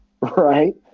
Right